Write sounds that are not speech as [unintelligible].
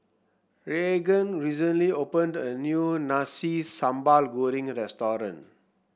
Raegan recently opened a new Nasi Sambal Goreng [unintelligible]